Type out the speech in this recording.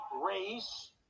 race